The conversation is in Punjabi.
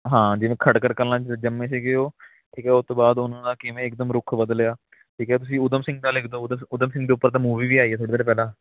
ਹਾਂ ਜਿਵੇਂ ਖੱਟਕੜ ਕਲਾ 'ਚ ਜੰਮੇ ਸੀਗੇ ਉਹ ਠੀਕ ਹੈ ਉਤੋਂ ਬਾਅਦ ਉਹਨਾਂ ਦਾ ਕਿਵੇਂ ਇੱਕਦਮ ਰੁੱਖ ਬਦਲਿਆ ਠੀਕ ਹੈ ਤੁਸੀਂ ਊਧਮ ਸਿੰਘ ਦਾ ਲਿਖ ਦੋ ਊਧਮ ਊਧਮ ਸਿੰਘ ਦੇ ਉੱਪਰ ਤਾਂ ਮੂਵੀ ਵੀ ਆਈ ਹੈ ਥੋੜ੍ਹੀ ਦੇਰ ਪਹਿਲਾਂ